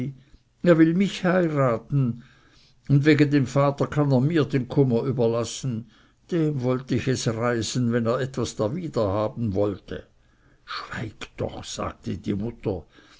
er will mich heiraten und wegen dem vater kann er mir den kummer überlassen dem wollte ich es reisen wenn er etwas darwider haben wollte schweig doch sagte die mutter